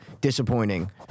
disappointing